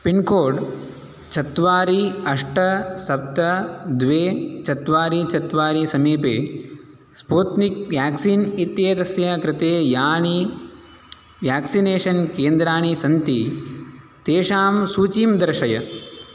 pincode चत्वारि अष्ट सप्त द्वे चत्वारि चत्वारि समीपे स्पूत्निक् व्याक्सीन् इत्येतस्य कृते यानि व्याक्सिनेषन् केन्द्राणि सन्ति तेषां सूचीं दर्शय